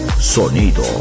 sonido